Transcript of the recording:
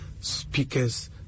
speakers